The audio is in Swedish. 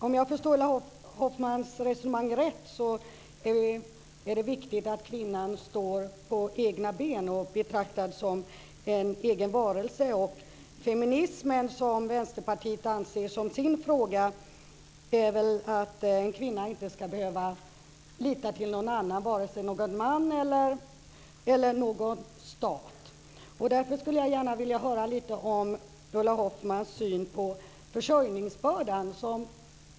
Om jag förstår Ulla Hoffmanns resonemang rätt är det viktigt att kvinnan står på egna ben och blir betraktad som en egen varelse. Vänsterpartiet anser ju att feminismen är deras fråga. Det innebär väl att en kvinna inte ska behöva lita till någon annan, varken en man eller staten. Därför skulle jag gärna vilja höra Ulla Hoffmanns syn på försörjningsbördan.